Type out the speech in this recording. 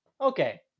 Okay